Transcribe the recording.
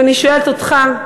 ואני שואלת אותך,